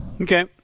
Okay